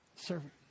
Servant